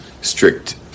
strict